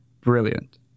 brilliant